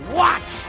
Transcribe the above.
watch